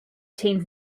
teams